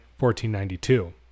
1492